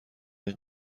این